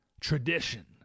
tradition